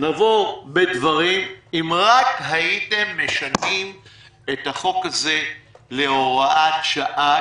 נבוא בדברים אם רק הייתם משנים את החוק הזה להוראת שעה,